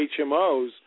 HMOs